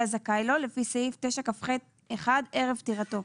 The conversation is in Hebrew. זכאי לו לפי סעיף 9כח(1) ערב פטירתו.